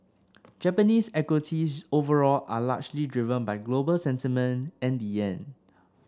Japanese equities overall are largely driven by global sentiment and the yen